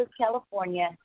California